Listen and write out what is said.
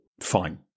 Fine